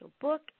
book